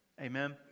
Amen